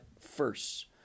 first